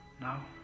Now